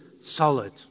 solid